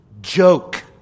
joke